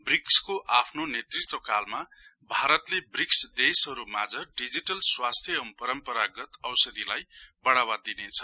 ब्रिक्सको आफ्नो नेतृत्वकालमा भारतले ब्रिक्स देशहरुमाझ डिजिटल स्वास्थ्य एवं परम्परागत औषधिलाई बढ़ावा दिनेछ